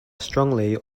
strongly